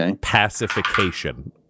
pacification